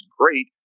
great